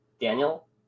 Daniel